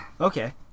okay